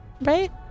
Right